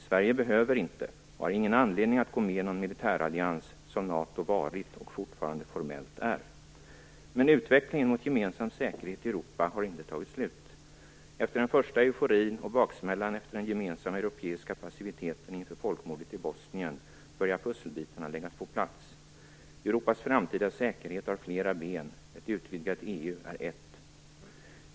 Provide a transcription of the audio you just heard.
Sverige behöver inte och har ingen anledning att gå med i någon militärallians, som NATO varit och fortfarande formellt är. Men utvecklingen mot gemensam säkerhet i Europa har inte tagit slut. Efter den första euforin och baksmällan efter den gemensamma europeiska passiviteten inför folkmordet i Bosnien börjar pusselbitarna lägga på plats. Europas framtida säkerhet har flera ben. Ett utvidgat EU är ett.